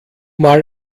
mal